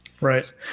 Right